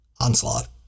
Onslaught